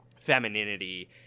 femininity